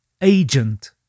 agent